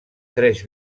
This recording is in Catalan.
tres